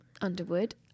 Underwood